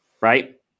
right